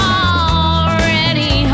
already